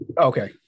okay